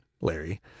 Larry